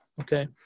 okay